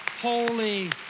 Holy